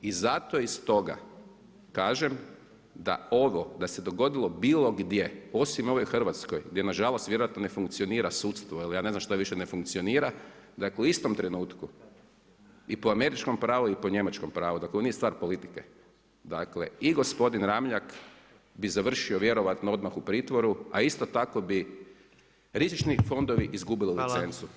I zato, iz toga, kažem da ovo da se dogodilo bilo gdje osim u ovoj Hrvatskoj gdje nažalost vjerojatno ne funkcionira sudstvo, ili ja više ne znam što više ne funkcionira, dakle u istom trenutku i po američkom pravu i po njemačkom pravu, to nije stvar politike, dakle i gospodin Ramljak bi završio vjerojatno odmah u pritvoru, a isto tako bi rizični fondovi izgubili licencu.